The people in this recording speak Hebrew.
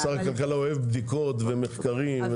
הכלכלה אוהב בדיקות ומחקרים.